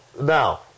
Now